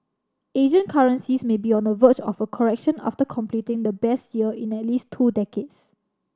Asian currencies may be on the verge of a correction after completing the best year in at least two decades